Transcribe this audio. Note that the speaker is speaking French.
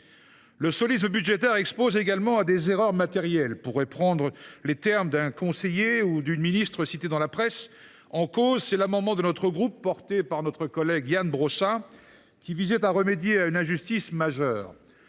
Le « solisme » budgétaire expose également à des « erreurs matérielles », pour reprendre les termes du conseiller d’un ou d’une ministre cité dans la presse. En cause, l’amendement de notre groupe, porté par notre collègue Ian Brossat, qui visait à remédier à une injustice majeure